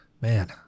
man